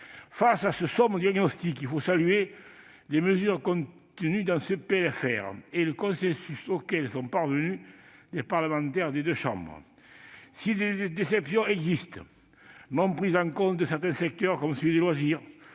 de ce sombre diagnostic, il faut saluer les mesures contenues dans ce PLFR, et le consensus auquel sont parvenus les parlementaires des deux chambres. Si des déceptions existent- je citerai la non-prise en compte de certains secteurs comme celui des loisirs,